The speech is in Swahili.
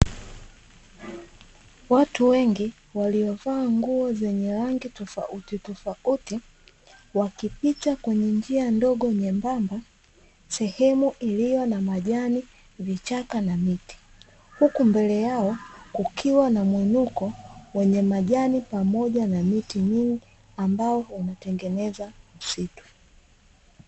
Watu wengi waliovaa nguo zenye rangi tofautitofauti wakipita kwenye njia ndogo nyembamba sehemu iliyo na majani, vichaka na miti huku mbele yao kukiwa mwinuko wenye majani na miti mingi ambao unatengeneza msitu.